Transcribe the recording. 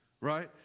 right